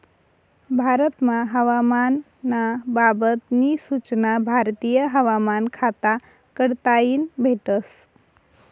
भारतमा हवामान ना बाबत नी सूचना भारतीय हवामान खाता कडताईन भेटस